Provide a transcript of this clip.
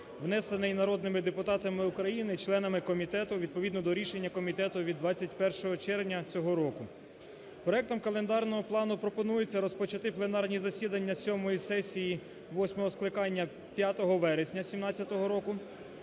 внесений народними депутатами України, членами комітету, відповідно до рішення комітету від 21 червня цього року. Проектом календарного плану пропонується розпочати пленарні засідання сьомої сесії восьмого скликання 5 вересня 2017 року,